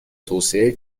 توسعه